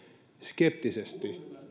skeptisesti